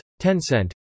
Tencent